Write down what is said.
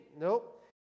Nope